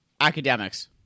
academics